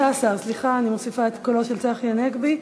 15, סליחה, אני מוסיפה את קולו של צחי הנגבי.